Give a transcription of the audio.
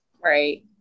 Right